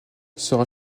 sera